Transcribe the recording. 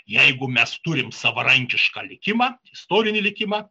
jeigu mes turim savarankišką likimą istorinį likimą